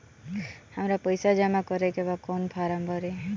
हमरा पइसा जमा करेके बा कवन फारम भरी?